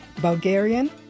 Bulgarian